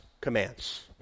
commands